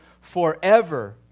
forever